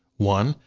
one,